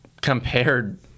compared